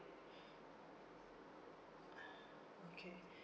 okay